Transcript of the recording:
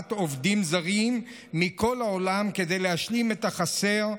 להבאת עובדים זרים מכל העולם כדי להשלים את החסר,